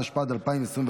התשפ"ד 2024,